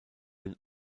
den